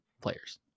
players